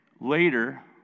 later